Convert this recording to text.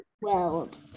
world